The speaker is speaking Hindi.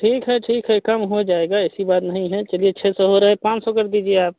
ठीक है ठीक कम हो जाएगा ऐसी बात नहीं है चलिए छः सौ हो रहा है पाँच सौ कर दीजिए आप